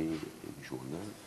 אדוני היושב-ראש,